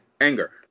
Anger